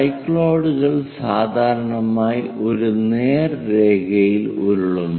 സൈക്ലോയിഡുകൾ സാധാരണയായി ഒരു നേർരേഖയിൽ ഉരുളുന്നു